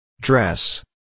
Dress